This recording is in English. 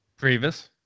grievous